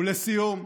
ולסיום,